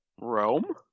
Rome